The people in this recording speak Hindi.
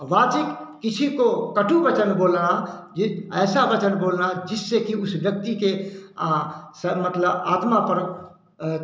वाचिक किसी को कटु वचन बोलना यह ऐसा वचन बोलना जिससे कि उस व्यक्ति के स मतलब आत्मा पर